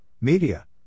Media